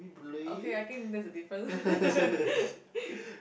okay I think there's a difference